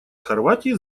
хорватии